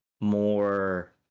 more